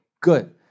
good